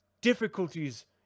difficulties